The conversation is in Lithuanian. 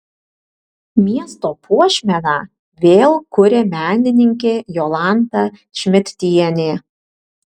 miesto puošmeną vėl kuria menininkė jolanta šmidtienė